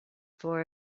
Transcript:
for